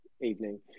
evening